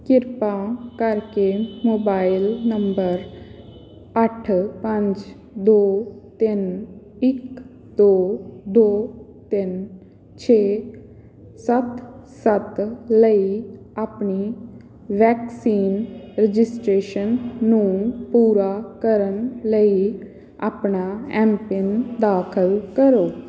ਕਿਰਪਾ ਕਰਕੇ mobile number ਅੱਠ ਪੰਜ ਦੋ ਤਿੰਨ ਇੱਕ ਦੋ ਦੋ ਤਿੰਨ ਛੇ ਸੱਤ ਸੱਤ ਲਈ ਆਪਣੀ ਵੈਕਸੀਨ ਰਜਿਸਟ੍ਰੇਸ਼ਨ ਨੂੰ ਪੂਰਾ ਕਰਨ ਲਈ ਆਪਣਾ ਐੱਮਪਿੰਨ ਦਾਖਲ ਕਰੋ